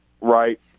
right